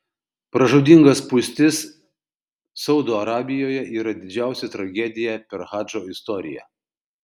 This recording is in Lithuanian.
pražūtinga spūstis saudo arabijoje yra didžiausia tragedija per hadžo istoriją